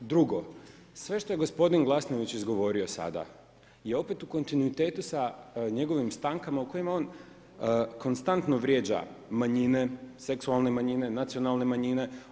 Drugo, sve što je gospodin Glasnović izgovorio sada je opet u kontinuitetu sa njegovim stankama u kojima on konstantno vrijeđa manjine, seksualne manjine, nacionalne manjine.